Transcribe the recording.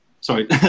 sorry